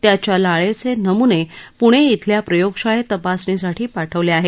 त्याच्या लाळेचे नम्ने प्णे इथल्या प्रयोगशाळेत तपासणीसाठी पाठवले आहेत